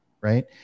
Right